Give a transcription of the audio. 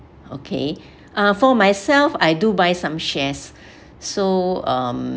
okay uh for myself I do buy some shares so um